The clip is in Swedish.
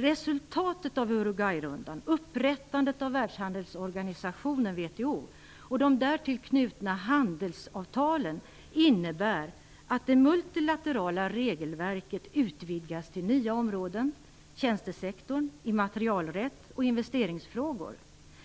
Resultatet av Uruguayrundan, upprättandet av världshandelsorganistionen WTO, och de därtill knutna handelsavtalen innebär att det multilaterala regelverket utvidgas till nya områden, t.ex. tjänstesektorn, immaterialrätt och investeringsfrågor.